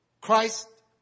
Christ